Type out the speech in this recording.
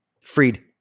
freed